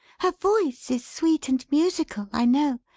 her voice is sweet and musical, i know.